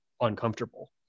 uncomfortable